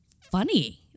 funny